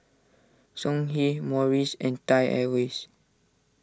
Songhe Morries and Thai Airways